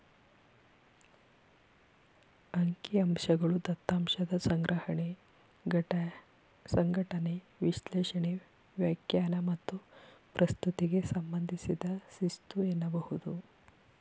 ಅಂಕಿಅಂಶಗಳು ದತ್ತಾಂಶದ ಸಂಗ್ರಹಣೆ, ಸಂಘಟನೆ, ವಿಶ್ಲೇಷಣೆ, ವ್ಯಾಖ್ಯಾನ ಮತ್ತು ಪ್ರಸ್ತುತಿಗೆ ಸಂಬಂಧಿಸಿದ ಶಿಸ್ತು ಎನ್ನಬಹುದು